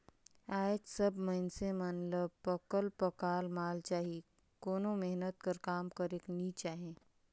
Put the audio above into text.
आएज सब मइनसे मन ल पकल पकाल माल चाही कोनो मेहनत कर काम करेक नी चाहे